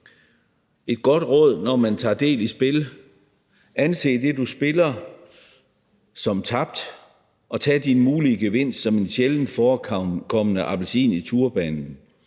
Et godt råd, når man tager del i spil, er: Anse det, du spiller for, som tabt, og tag din mulige gevinst som en sjældent forekommende appelsin i turbanen.